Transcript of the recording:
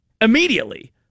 immediately